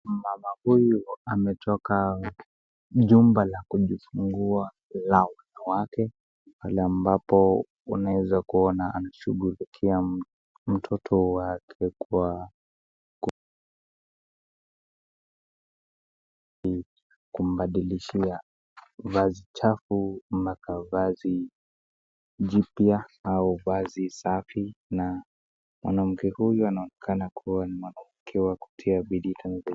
Mama huyu ametoka jumba la kujifungua la wanawake pale ambapo unaweza kuona anashughulikia mtoto wake kwa kumbadilishia vazi chafu mpaka vazi jipya au vazi safi. Na mwanamke huyu anaonekana kuwa ni mwanamke wa kutia bidii.